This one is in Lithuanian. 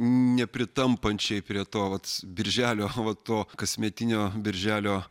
nepritampančiai prie to vat birželio vat to kasmetinio birželio